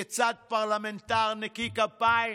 כיצד פרלמנטר נקי כפיים